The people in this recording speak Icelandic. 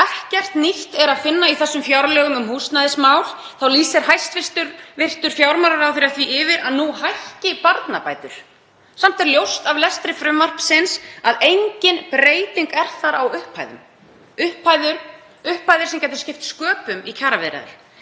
Ekkert nýtt er að finna í þessum fjárlögum um húsnæðismál. Þá lýsir hæstv. fjármálaráðherra því yfir að nú hækki barnabætur. Samt er ljóst af lestri frumvarpsins að engin breyting er þar á upphæðum, upphæðum sem geta skipt sköpum í kjaraviðræðum.